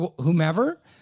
whomever